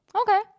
Okay